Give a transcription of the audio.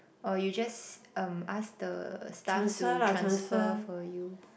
or you just um ask the staff to transfer for you